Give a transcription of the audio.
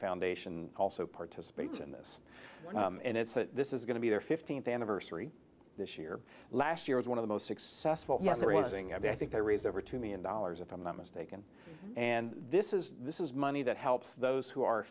foundation also participates in this and it's this is going to be their fifteenth anniversary this year last year was one of the most successful there was doing i think they raised over two million dollars if i'm not mistaken and this is this is money that helps those who are